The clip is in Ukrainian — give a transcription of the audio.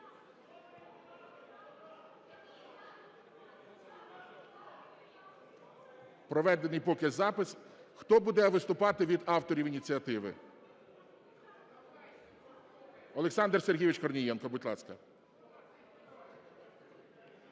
Проведений поки запис. Хто буде виступати від авторів ініціативи? Олександр Сергійович Корнієнко, будь ласка.